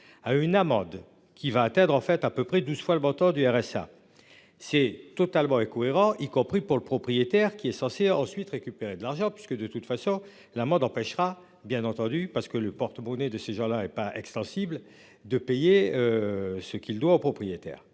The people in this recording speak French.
à une amende qui va atteindre en fait à peu près 12 fois le montant du RSA. C'est totalement incohérent, y compris pour le propriétaire qui est censé ensuite récupérer de l'argent puisque de toute façon la mode empêchera bien entendu parce que le porte-monnaie de ces gens-là est pas extensible de payer. Ce qu'il doit au propriétaire.